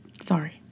Sorry